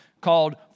called